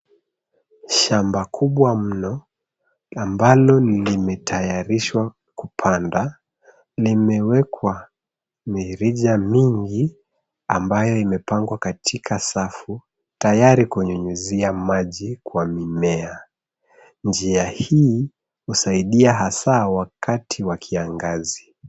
Shamba kubwa mno, ambalo limetayarishwa kupanda, limewekwa mirija mingi, ambayo imepangwa katika safu, tayari kunyunyuzia maji kwa mimea. Njia hii husaidia hasa wakati wa kiangazi.